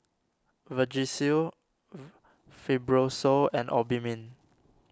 Vagisil Fibrosol and Obimin